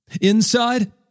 Inside